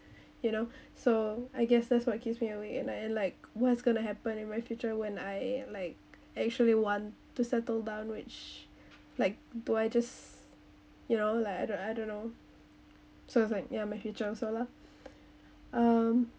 you know so I guess that's what keeps me awake at night and like what's going to happen in my future when I like actually want to settle down which like do I just you know like I don't I don't know so I was like ya my future also lah um